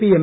P M